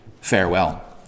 Farewell